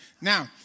Now